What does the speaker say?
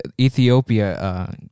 Ethiopia